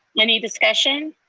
any discussion?